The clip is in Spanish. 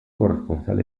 corresponsal